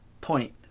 point